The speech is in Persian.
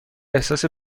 احساس